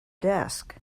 desk